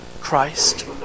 Christ